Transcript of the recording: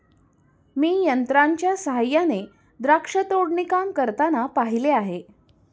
मी यंत्रांच्या सहाय्याने द्राक्ष तोडणी काम करताना पाहिले आहे